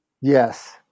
Yes